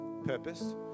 purpose